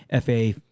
FA